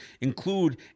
include